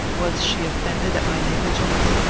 was she offended at my negligence?